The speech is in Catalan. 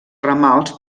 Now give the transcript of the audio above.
ramals